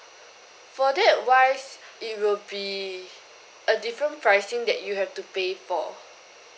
for that wise it will be a different pricing that you have to pay for